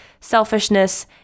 selfishness